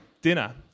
dinner